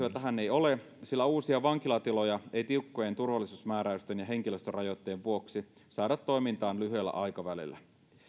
ole sillä uusia vankilatiloja ei tiukkojen turvallisuusmääräysten ja henkilöstörajoitteen vuoksi saada toimintaan lyhyellä aikavälillä